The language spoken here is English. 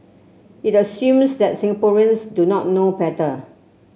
it assumes that Singaporeans do not know better